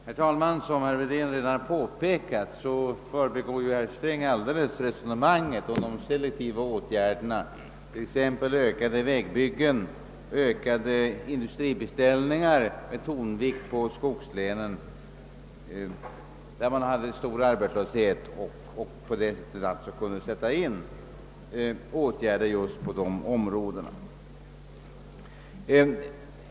Herr talman! Som herr Wedén redan har påpekat förbigick herr Sträng resonemanget om de selektiva åtgärderna, t.ex. ökat vägbyggande och ökade industribeställningar med tonvikt på skogslänen, där man hade stor arbetslöshet och åtgärder av detta slag alltså kunde sättas in.